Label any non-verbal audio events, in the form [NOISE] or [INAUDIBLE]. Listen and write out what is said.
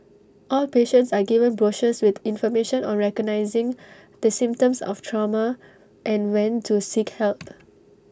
all patients are given brochures with information on recognising the symptoms of trauma and when to seek help [NOISE]